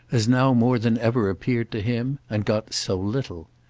as now more than ever appeared to him, and got so little.